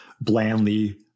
blandly